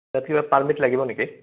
কিবা পাৰ্মিট লাগিব নেকি